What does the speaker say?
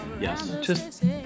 Yes